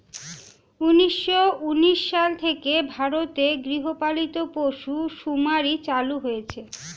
উন্নিশো উনিশ সাল থেকে ভারতে গৃহপালিত পশু শুমারি চালু হয়েছে